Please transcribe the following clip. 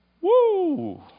Woo